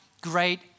great